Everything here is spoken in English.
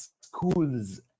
schools